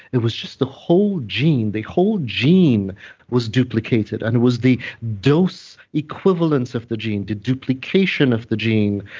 it was just the whole gene, the whole gene was duplicated, and it was the dose equivalence of the gene, the duplication of the gene,